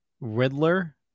Riddler